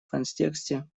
контексте